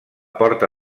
porta